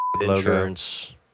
insurance